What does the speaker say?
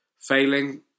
failing